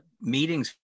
meetings